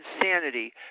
insanity